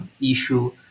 issue